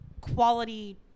quality